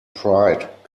pride